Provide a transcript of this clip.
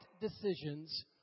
decisions